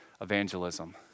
evangelism